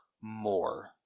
more